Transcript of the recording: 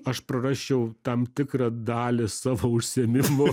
aš parasčiau tam tikrą dalį savo užsiėmimo